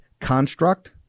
construct